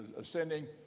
ascending